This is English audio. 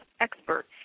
expert